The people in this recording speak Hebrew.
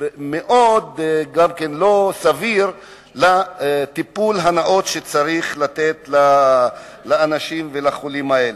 מאוד לא סביר וזה לא הטיפול הנאות שצריך לתת לחולים האלה.